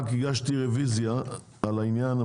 הגשתי רוויזיה על הסיפור של תעודות המקור,